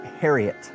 Harriet